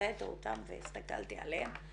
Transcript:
הוצאתי אותן והסתכלתי עליהן,